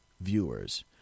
viewers